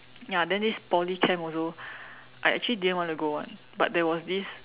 ya then this Poly camp also I actually didn't want to go [one] but there was this